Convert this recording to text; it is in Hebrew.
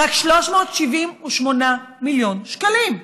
רק 378 מיליון שקלים.